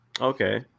Okay